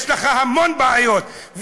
יש לך המון בעיות,